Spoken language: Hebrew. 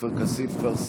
עופר כסיף פה?